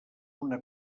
una